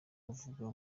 avuga